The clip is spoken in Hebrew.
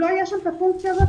אם לא יהיה שם את הפונקציה הזאת,